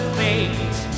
fate